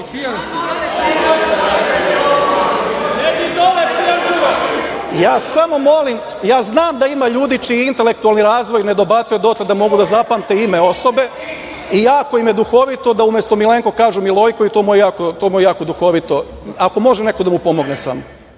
molim, ja znam da ima ljudi čiji intelektualni razvoj ne dobacuje dotle da mogu da zapamte ime osobe i jako im je duhovito da umesto Milenko kažu Milojko i to im je jako duhovito. Ako može neko da mu pomogne, samo.